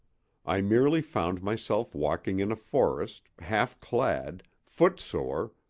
i merely found myself walking in a forest, half-clad, footsore,